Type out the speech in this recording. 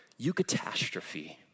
Eucatastrophe